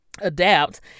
adapt